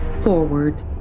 forward